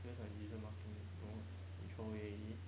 where's my decision marking notes you throw away already